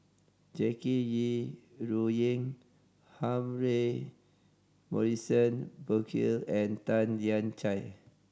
Jackie Yi Ru Ying Humphrey Morrison Burkill and Tan Lian Chye